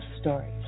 Stories